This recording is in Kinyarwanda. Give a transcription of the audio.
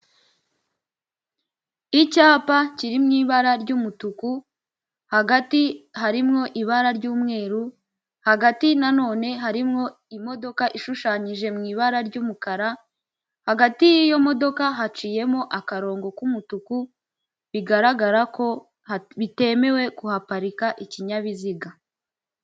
Icyapa kiri mu ibara ry'umutuku hagati harimo ibara ry'umweru, hagati na none harimo imodoka ishushanyije mu ibara ry'umukara, hagati y'iyo modoka haciyemo akarongo k'umutuku bigaragara, ko bitemewe ku kuhaparika ikinyabiziga.